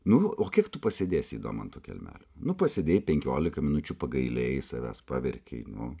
nu o kiek tu pasėdėsi įdomu ant to kelmelio nu pasėdėjai penkiolika minučių pagailėjai savęs paverkei nu